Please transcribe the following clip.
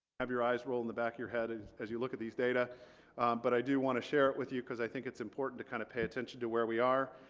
have your eyes roll in the back your head as you look at these data but i do want to share it with you because i think it's important to kind of pay attention to where we are